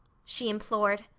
she implored.